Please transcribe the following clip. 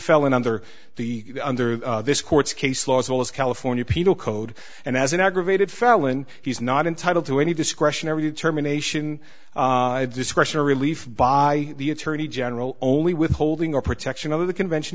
felony under the under this court's case law as well as california penal code and as an aggravated felon he's not entitled to any discretionary determination of discretion or relief by the attorney general only withholding or protection of the convention